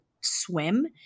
swim